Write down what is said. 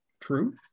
true